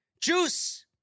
Juice